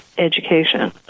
education